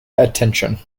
attention